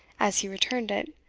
as he returned it,